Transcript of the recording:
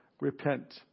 repent